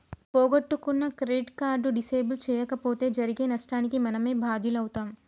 పోగొట్టుకున్న credit card disable చేయించకపోతే జరిగే నష్టానికి మనమే బాధ్యులమవుతం